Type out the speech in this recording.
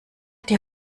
die